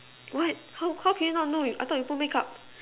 what how how can you not know I thought you put makeup